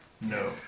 No